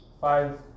Five